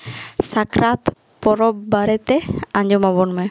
ᱥᱟᱠᱨᱟᱛ ᱯᱚᱨᱚᱵᱽ ᱵᱟᱨᱮ ᱛᱮ ᱟᱡᱚᱢ ᱟᱵᱚᱱ ᱢᱮ